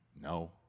no